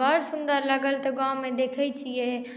बड्ड सुन्दर लागल तऽ गाँवमे देखैत छियै